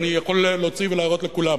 אני יכול להוציא ולהראות לכולם.